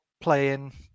playing